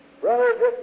Brothers